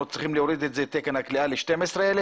אנחנו צריכים להוריד את תקן הכליאה ל-12,000?